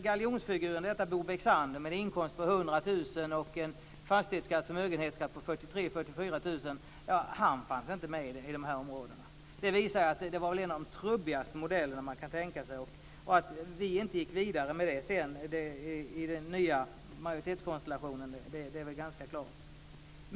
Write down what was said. Galjonsfiguren i detta, med en inkomst på 100 000 kr och en fastighets och förmögenhetsskatt på 43 000-44 000 kr fanns inte med i de områdena. Det visar att det var en av de trubbigaste modeller man kunde tänka sig. Att vi inte gick vidare med den i den nya majoritetskonstellationen är ganska klart.